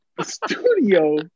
studio